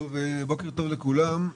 (הדובר מלווה את דבריו בהקרנת מצגת) בוקר טוב לכולם,